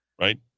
right